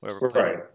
Right